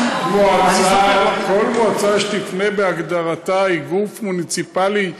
כל מועצה שתפנה, בהגדרתה היא גוף מוניציפלי.